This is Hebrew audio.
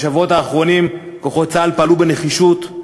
בשבועות האחרונים כוחות צה"ל פעלו בנחישות,